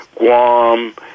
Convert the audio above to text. Guam